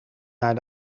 naar